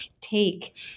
take